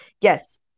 Yes